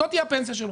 זאת תהיה הפנסיה שלו.